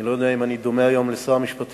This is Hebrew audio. אני לא יודע אם אני דומה היום לשר המשפטים,